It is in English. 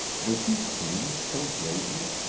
was he changed so greatly?